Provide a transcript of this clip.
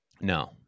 No